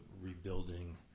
rebuilding